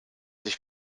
sich